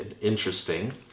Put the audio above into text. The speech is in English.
interesting